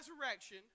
resurrection